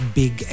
big